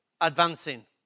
advancing